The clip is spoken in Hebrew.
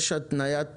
יש התניית